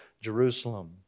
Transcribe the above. Jerusalem